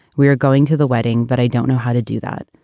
we are going to the wedding, but i don't know how to do that.